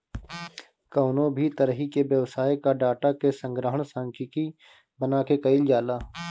कवनो भी तरही के व्यवसाय कअ डाटा के संग्रहण सांख्यिकी बना के कईल जाला